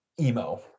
emo